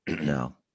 No